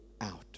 out